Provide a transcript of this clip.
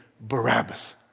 Barabbas